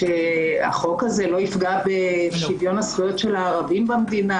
שהחוק הזה לא יפגע בשוויון הזכויות של הערבים במדינה,